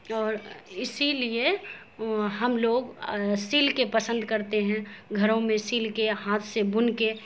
اور اسی لیے ہم لوگ سل کے پسند کرتے ہیں گھروں میں سل کے ہاتھ سے بن کے